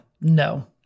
No